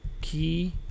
Key